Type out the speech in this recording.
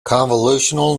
convolutional